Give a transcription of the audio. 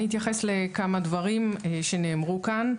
אני אתייחס לכמה דברים שנאמרו כאן.